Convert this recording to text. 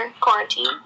quarantine